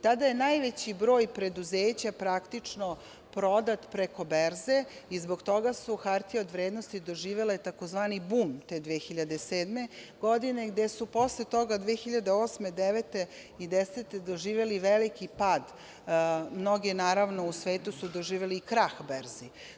Tada je najveći broj preduzeća praktično prodat preko berze i zbog toga su hartije od vrednosti doživele tzv. bum te 2007. godine gde su posle toga 2008, 2009. i 2010. godine doživele veliki pad, mnogi u svetu su doživeli i krah berzi.